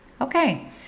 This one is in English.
Okay